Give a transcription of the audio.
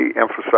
emphasize